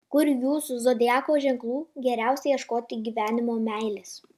kur jūsų zodiako ženklui geriausia ieškoti gyvenimo meilės